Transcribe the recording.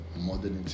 modernity